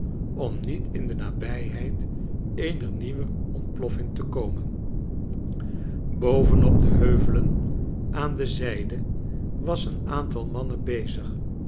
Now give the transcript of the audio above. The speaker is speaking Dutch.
om niet in de nabijheid eener nieuwe ontploffing te komen boven op die heuvelen aan de zijde was een aantal mannen bezig